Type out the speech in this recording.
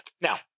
Now